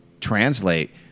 translate